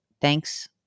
Thanks